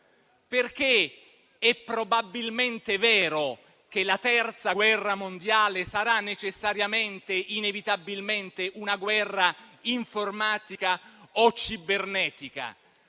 perché è probabilmente vero che la terza guerra mondiale sarà necessariamente e inevitabilmente una guerra informatica o cibernetica,